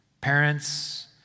Parents